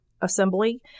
assembly